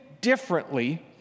differently